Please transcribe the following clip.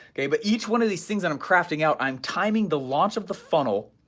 okay but each one of these things that i'm crafting out, i'm timing the launch of the funnel,